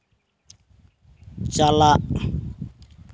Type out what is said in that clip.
ᱪᱟᱞᱟᱜ